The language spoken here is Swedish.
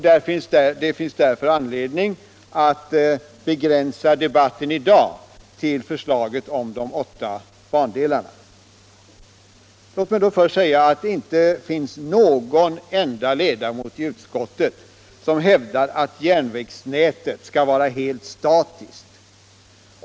Det finns därför anledning att begränsa debatten i dag till förslaget om de åtta bandelarna. Låt mig då först säga att det inte finns någon i utskottet som hävdar att järnvägsnätet skall vara helt statiskt.